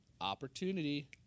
Opportunity